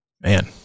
man